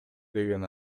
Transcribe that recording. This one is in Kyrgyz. деген